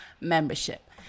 membership